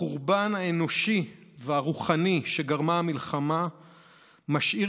החורבן האנושי והרוחני שגרמה המלחמה משאיר